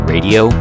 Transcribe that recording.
Radio